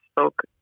spoke